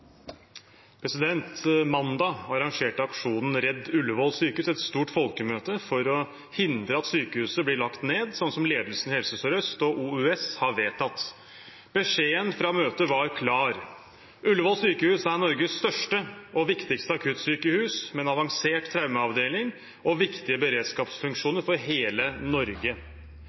Mandag arrangerte aksjonen Redd Ullevål Sykehus et stort folkemøte for å hindre at sykehuset blir lagt ned, sånn som ledelsen i Helse Sør-Øst og OUS har vedtatt. Beskjeden fra møtet var klar: Ullevål sykehus er Norges største og viktigste akuttsykehus, med en avansert traumeavdeling og viktige beredskapsfunksjoner for hele Norge.